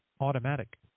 Automatic